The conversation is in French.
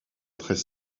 très